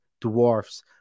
dwarfs